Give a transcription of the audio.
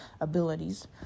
abilities